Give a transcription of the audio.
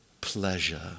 pleasure